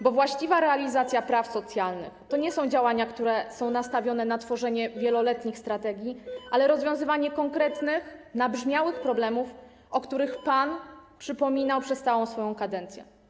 Bo właściwa realizacja praw socjalnych to nie są działania, które są nastawione na tworzenie wieloletnich strategii, lecz jest to rozwiązywanie konkretnych, nabrzmiałych problemów, o których pan przypominał przez całą swoją kadencję.